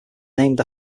named